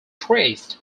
traced